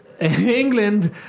England